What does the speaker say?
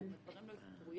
ואם הדברים לא יסתדרו,